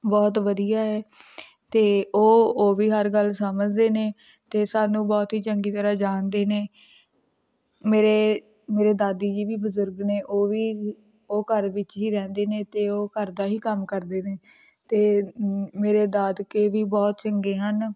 ਬਹੁਤ ਵਧੀਆ ਹੈ ਅਤੇ ਉਹ ਉਹ ਵੀ ਹਰ ਗੱਲ ਸਮਝਦੇ ਨੇ ਅਤੇ ਸਾਨੂੰ ਬਹੁਤ ਹੀ ਚੰਗੀ ਤਰ੍ਹਾਂ ਜਾਣਦੇ ਨੇ ਮੇਰੇ ਮੇਰੇ ਦਾਦੀ ਜੀ ਵੀ ਬਜ਼ੁਰਗ ਨੇ ਉਹ ਵੀ ਉਹ ਘਰ ਵਿੱਚ ਹੀ ਰਹਿੰਦੇ ਨੇ ਅਤੇ ਉਹ ਘਰਦਾ ਹੀ ਕੰਮ ਕਰਦੇ ਨੇ ਅਤੇ ਮੇਰੇ ਦਾਦਕੇ ਵੀ ਬਹੁਤ ਚੰਗੇ ਹਨ